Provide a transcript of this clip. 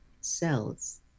cells